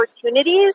opportunities